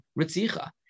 Ritzicha